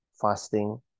fasting